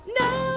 no